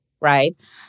right